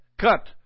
cut